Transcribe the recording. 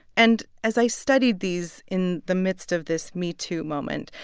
and as i studied these in the midst of this metoo moment,